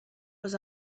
was